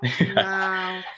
Wow